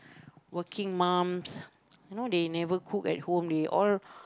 working mums you know they never cook at home they all